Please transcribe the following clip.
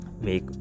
make